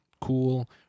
Cool